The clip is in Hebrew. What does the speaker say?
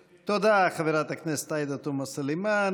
תודה, חברת הכנסת עאידה תומא סלימאן.